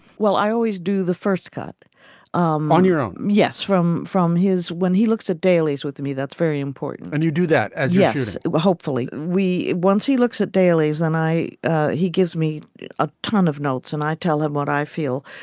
well, i always do the first cut um on your own. yes. from. from his when he looks at dailies with me, that's very important. and you do that as. yes. well, hopefully we. once he looks at dailies and i ah he gives me a ton of notes and i tell him what i feel.